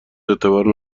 اعتبار